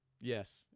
Yes